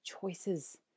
choices